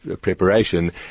preparation